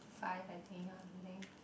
five I think or something